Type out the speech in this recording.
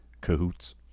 cahoots